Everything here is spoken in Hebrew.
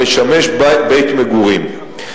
המשמש בית מגורים.